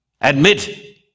Admit